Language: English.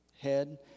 head